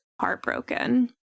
heartbroken